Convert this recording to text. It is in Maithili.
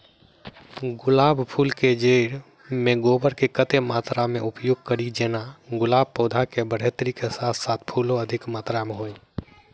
गुलाब फूल केँ जैड़ मे गोबर केँ कत्ते मात्रा मे उपयोग कड़ी जेना गुलाब पौधा केँ बढ़ोतरी केँ साथ साथ फूलो अधिक मात्रा मे होइ?